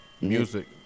Music